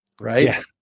right